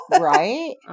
Right